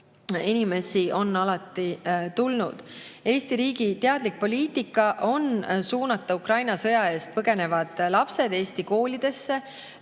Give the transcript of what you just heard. inimesi on alati tulnud. Eesti riigi teadlik poliitika on suunata Ukraina sõja eest põgenenud lapsed eesti koolidesse